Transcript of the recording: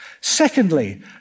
Secondly